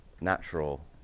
natural